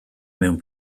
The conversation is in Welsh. mewn